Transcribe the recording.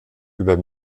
über